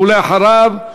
ואחריו,